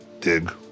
Dig